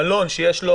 מלון שיש לו